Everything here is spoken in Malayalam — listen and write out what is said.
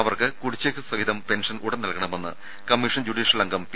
അവർക്ക് കുടിശ്ശിക സഹിതം പെൻഷൻ ഉടൻ നൽകണമെന്ന് കമ്മീ ഷൻ ജുഡീഷ്യൽ അംഗം പി